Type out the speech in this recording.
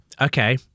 Okay